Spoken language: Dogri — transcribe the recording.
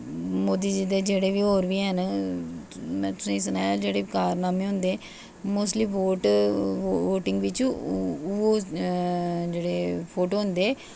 मोदी जी दे जेह्ड़े होर बी हैन में तुसेंगी सनाया कि जेह्ड़े कारनामें होंदे मोस्टली वोट बिच मोस्टली फोटो होंदे